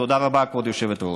תודה רבה, כבוד היושבת-ראש.